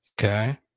Okay